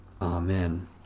Amen